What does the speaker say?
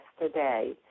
yesterday